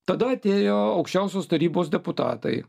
tada atėjo aukščiausios tarybos deputatai